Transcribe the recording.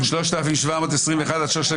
הצבעה